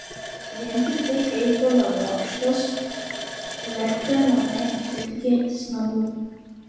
vien tiktai eifelio bokštas vertė mane ilgėtis namų